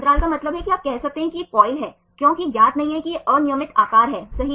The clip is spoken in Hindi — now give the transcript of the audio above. अंतराल का मतलब है कि आप कह सकते हैं कि यह कॉइल है क्योंकि ज्ञात नहीं है कि यह अनियमित आकार है सही